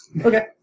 Okay